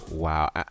Wow